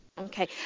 Okay